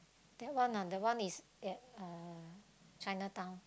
that one ah that one is at uh Chinatown